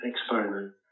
experiment